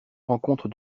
rencontre